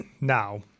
Now